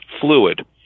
fluid